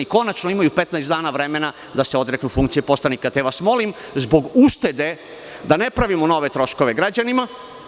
Imaju 15 dana vremena da se odreknu funkcije poslanika, te vas molim zbog uštede da ne pravimo nove troškove građanima.